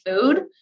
food